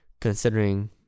Considering